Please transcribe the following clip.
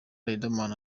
riderman